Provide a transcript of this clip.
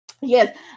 yes